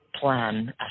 plan